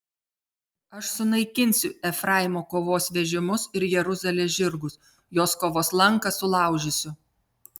aš sunaikinsiu efraimo kovos vežimus ir jeruzalės žirgus jos kovos lanką sulaužysiu